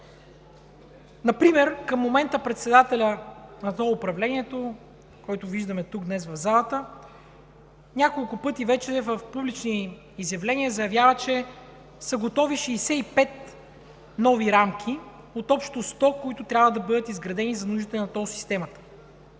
Например към момента председателят на тол управлението, който виждаме тук днес в залата, няколко пъти вече в публични изявления заявява, че са готови 65 нови рамки – от общо 100, които трябва да бъдат изградени за нуждите на тол системата.